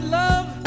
love